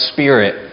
Spirit